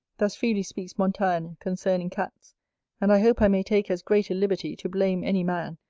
thus freely speaks montaigne concerning cats and i hope i may take as great a liberty to blame any man,